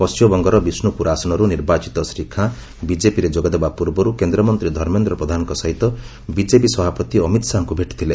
ପଣ୍ଢିମବଙ୍ଗର ବିଷ୍ଣୁପୁର ଆସନରୁ ନିର୍ବାଚିତ ଶ୍ରୀ ଖାଁ ବିକେପିରେ ଯୋଗଦେବା ପୂର୍ବରୁ କେନ୍ଦ୍ରମନ୍ତୀ ଧର୍ମେନ୍ଦ୍ର ପ୍ରଧାନଙ୍କ ସହିତ ବିଜେପି ସଭାପତି ଅମିତ୍ ଶାହାଙ୍କୁ ଭେଟିଥିଲେ